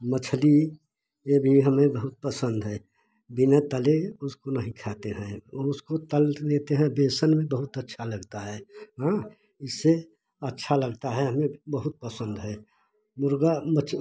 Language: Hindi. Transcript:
मछली ये भी हमें बहुत पसंद है बिना तले उसको नहीं खाते हैं उसको तल लेते हैं बेसन में बहुत अच्छा लगता है इससे अच्छा लगता है बहुत पसंद है मुर्गा मछ